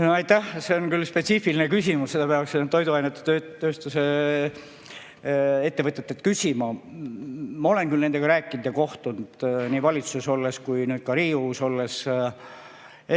Aitäh! See on küll spetsiifiline küsimus. Seda peaks toiduainete tööstuse ettevõtjatelt küsima. Ma olen küll nendega rääkinud ja kohtunud nii valitsuses olles kui ka nüüd Riigikogus olles.